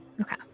Okay